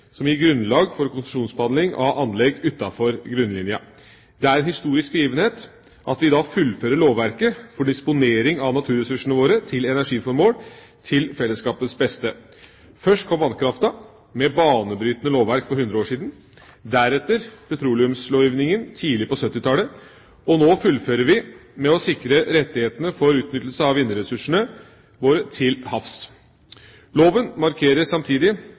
som gir grunnlag for konsesjonsbehandling av anlegg utenfor grunnlinja. Det er en historisk begivenhet at vi i dag fullfører lovverket for disponering av naturressursene våre til energiformål til fellesskapets beste. Først kom vannkraften med banebrytende lovverk for 100 år siden, deretter petroleumslovgivinga tidlig på 1970-tallet, og nå fullfører vi med å sikre rettighetene for utnyttelse av vindressursene våre til havs. Loven markerer samtidig